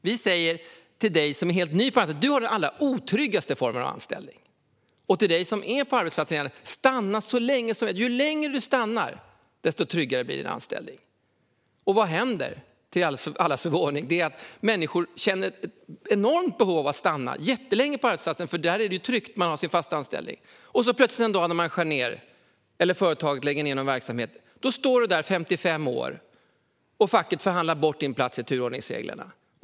Vi säger till dig som är helt ny på arbetsmarknaden att du har den allra otryggaste formen av anställning. Till dig som är på arbetsmarknaden säger vi att du ska stanna så länge som möjligt. Ju längre du stannar, desto tryggare blir din anställning. Och vad händer? Människor känner ett enormt behov av att stanna jättelänge på arbetsplatsen, för där är det ju tryggt när man har sin fasta anställning. Och så plötsligt en dag skär företaget ned, och då står du där och är 55 år och facket förhandlar bort din plats i turordningen.